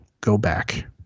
go-back